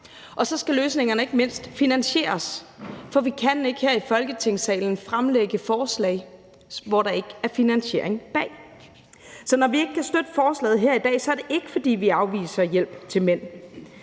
Og så skal løsningerne ikke mindst finansieres, for vi kan ikke her i Folketingssalen fremlægge forslag, som der ikke er finansiering bag. Så når vi ikke kan støtte forslaget her i dag, er det ikke, fordi vi afviser hjælp til mænd,